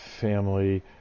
family